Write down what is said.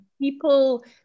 people